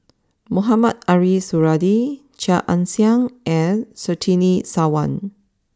Mohamed Ariff Suradi Chia Ann Siang and Surtini Sarwan